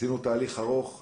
עשינו תהליך ארוך.